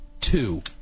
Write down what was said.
two